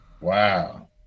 Wow